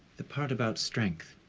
the part about strength.